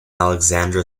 alexandra